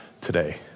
today